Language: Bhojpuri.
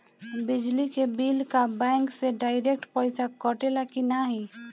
बिजली के बिल का बैंक से डिरेक्ट पइसा कटेला की नाहीं?